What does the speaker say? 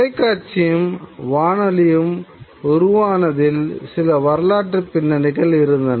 தொலைக்காட்சியும் வானொலியும் உருவானதில் சில வரலாற்றுப் பிண்ணனிகள் இருந்தன